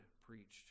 preached